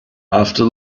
after